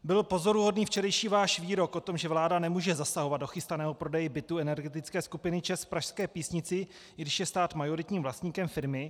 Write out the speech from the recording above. Byl pozoruhodný včerejší váš výrok o tom, že vláda nemůže zasahovat do chystaného prodeje bytů energetické skupiny ČEZ v pražské Písnici, i když je stát majoritním vlastníkem firmy.